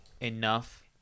enough